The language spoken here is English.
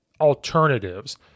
alternatives